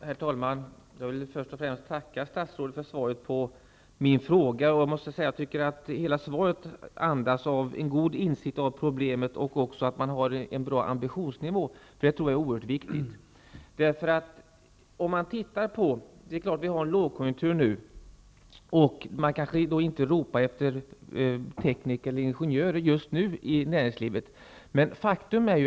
Herr talman! Jag vill först och främst tacka statsrådet för svaret på min fråga. Jag tycker att hela svaret visar på en god insikt i problemet och att regeringen också har en bra ambitionsnivå, och det tror jag är oerhört viktigt. Vi har nu en lågkonjunktur, och man kanske inte i näringslivet just nu ropar efter tekniker eller ingenjörer.